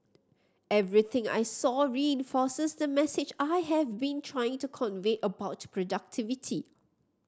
everything I saw reinforces the message I have been trying to convey about productivity